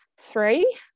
three